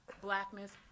blackness